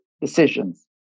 decisions